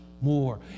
more